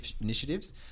initiatives